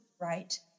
right